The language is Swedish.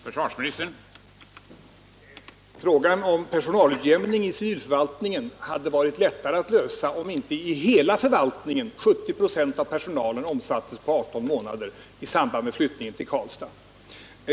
Herr talman! Frågan om personalutjämning i civilförvaltningen hade varit allvarligare, om inte i hela förvaltningen 70 96 av personalen omsattes på 18 månader i samband med flyttningen till Karlstad.